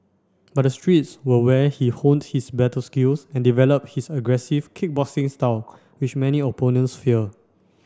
but the streets were where he honed his battle skills and developed his aggressive kickboxing style which many opponents fear